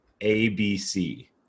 ABC